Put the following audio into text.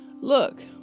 Look